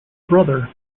brother